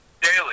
daily